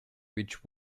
which